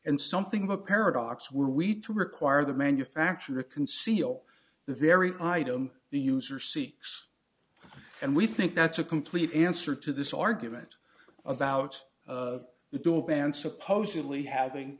and something of a paradox were we to require the manufacturer conceal the very item the user seeks and we think that's a complete answer to this argument about the dual band supposedly having